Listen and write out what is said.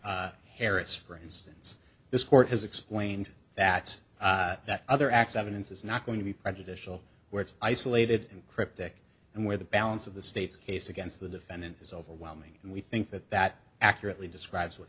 harris for instance this court has explained that that other accidents is not going to be prejudicial where it's isolated and cryptic and where the balance of the state's case against the defendant is overwhelming and we think that that accurately describes what